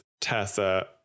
Tessa